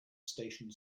stationed